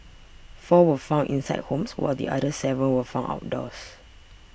four were found inside homes while the other seven were found outdoors